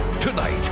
Tonight